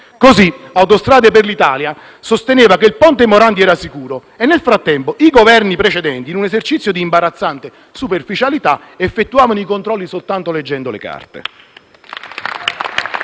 autostrade per l'Italia sosteneva che il ponte Morandi era sicuro e nel frattempo i Governi precedenti, in un esercizio di imbarazzante superficialità, effettuavano i controlli soltanto leggendo le carte.